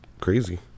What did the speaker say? Crazy